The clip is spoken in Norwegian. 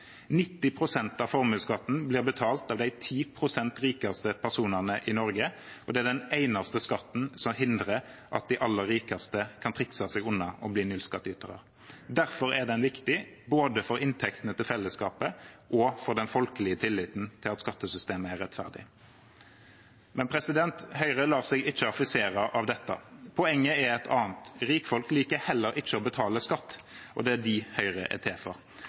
av formuesskatten blir betalt av de 10 pst. rikeste personene i Norge, og det er den eneste skatten som hindrer at de aller rikeste kan trikse seg unna og bli nullskattytere. Derfor er den viktig både for inntektene til fellesskapet og for den folkelige tilliten til at skattesystemet er rettferdig. Men Høyre lar seg ikke affisere av dette. Poenget er et annet: Rikfolk liker heller ikke å betale skatt, og det er dem Høyre er til for.